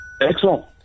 Excellent